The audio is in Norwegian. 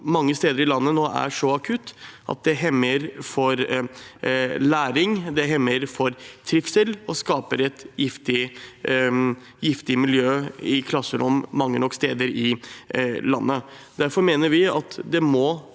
mange steder i landet nå er så akutt at det hemmer læring, det hemmer trivsel og skaper et giftig miljø i klasserom mange steder i landet. Derfor mener vi at det må